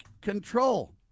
control